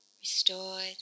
restored